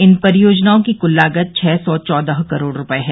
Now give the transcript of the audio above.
इन परियोजनाओं की क्ल लागत छः सौ चौदह करोड़ रुपये है